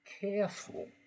careful